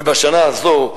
ובשנה הזאת,